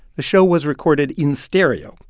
the show was recorded in stereo,